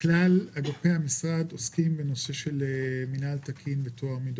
כלל אגפי המשרד עוסקים בנושא של מינהל תקין וטוהר מידות.